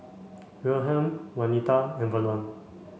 Wilhelm Wanita and Verlon